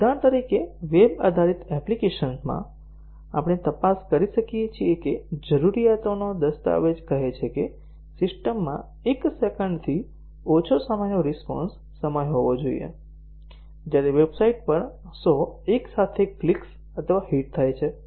ઉદાહરણ તરીકે વેબ આધારિત એપ્લિકેશનમાં આપણે તપાસ કરી શકીએ છીએ કે જરૂરીયાતોનો દસ્તાવેજ કહે છે કે સિસ્ટમમાં એક સેકંડથી ઓછો સમયનો રિસ્પોન્સ સમય હોવો જોઈએ જ્યારે વેબસાઇટ પર 100 એક સાથે ક્લિક્સ અથવા હિટ થાય છે